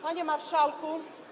Panie Marszałku!